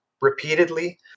repeatedly